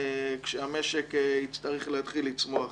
כשהמשק יצטרך להתחיל לצמוח?